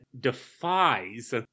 defies